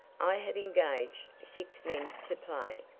i have engaged six men to play.